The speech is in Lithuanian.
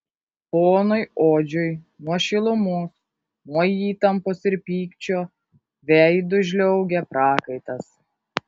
ponui odžiui nuo šilumos nuo įtampos ir pykčio veidu žliaugė prakaitas